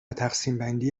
تقسیمبندی